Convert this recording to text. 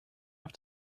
have